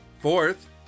Fourth